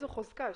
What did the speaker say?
זה חוזקה,